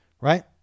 Right